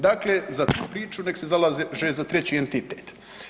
Dakle, za tu priču nek se zalaže za treći entitet.